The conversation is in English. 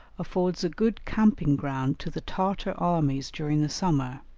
affords a good camping-ground to the tartar armies during the summer.